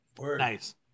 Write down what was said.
Nice